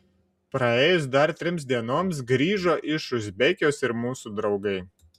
praėjus dar trims dienoms grįžo iš uzbekijos ir mūsų draugai